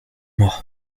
moi